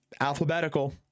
alphabetical